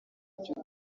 iki